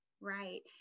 Right